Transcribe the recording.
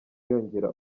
yongera